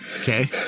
Okay